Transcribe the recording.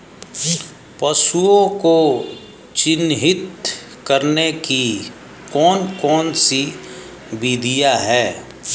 पशुओं को चिन्हित करने की कौन कौन सी विधियां हैं?